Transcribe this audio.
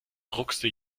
druckste